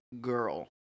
girl